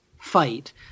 fight